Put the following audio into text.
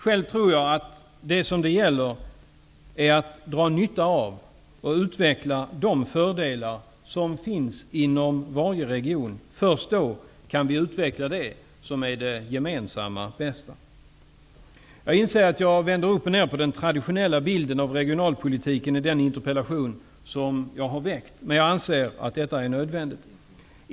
Själv tror jag att det gäller att dra nytta av och utveckla de fördelar som finns inom varje region. Först då kan vi utveckla det som är det gemensamma bästa. Jag inser att jag vänder upp och ned på den traditionella bilden av regionalpolitiken i den interpellation som jag har väckt. Men jag anser att detta är nödvändigt.